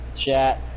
Chat